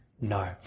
No